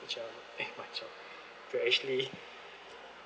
reach out eh to actually